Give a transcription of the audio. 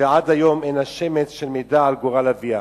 ועד היום אין לה שמץ של מידע על גורל אביה,